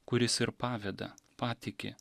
kuris ir paveda patiki